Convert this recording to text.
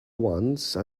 once